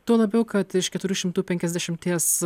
tuo labiau kad iš keturių šimtų penkiasdešimies